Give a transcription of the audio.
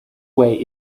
way